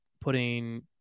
putting